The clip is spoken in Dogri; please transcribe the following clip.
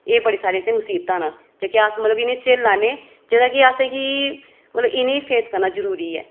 एह् बड़ी सारी असें ई मुसीबतां न जेह्कियां अस मतलब कि इन्ने ई झेलां न जेह्दा की असें गी मतलब इ'नें ई फेस करना जरूरी ऐ